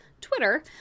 Twitter